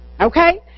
okay